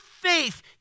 faith